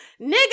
nigga